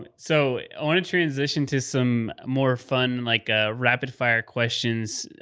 and so, on a transition to some more fun, like ah rapid fire questions